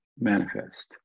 manifest